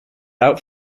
out